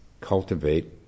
cultivate